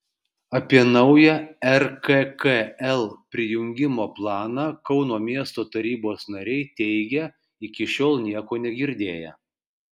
apie naują rkkl prijungimo planą kauno miesto tarybos nariai teigia iki šiol nieko negirdėję